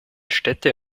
städte